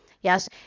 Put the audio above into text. Yes